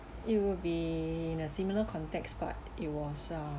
it would be in a similar context but it was a